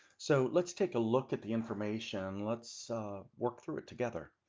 so let's take a look at the information let's work through it together.